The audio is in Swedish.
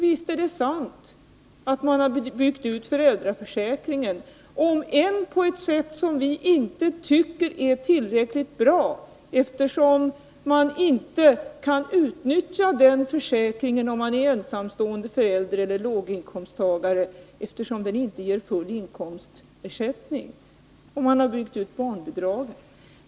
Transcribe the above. Visst är det sant att man har byggt ut föräldraförsäkringen — om än på ett sätt som vi inte tycker är tillräckligt bra. Man kan ju inte utnyttja den försäkringen om man är ensamstående förälder eller låginkomsttagare — eftersom den inte ger full ersättning för inkomstbortfall. Och man har byggt ut barnbidragen.